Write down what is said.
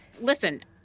listen